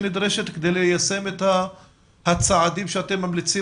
שנדרשת כדי ליישם את הצעדים עליהם אתם ממליצים?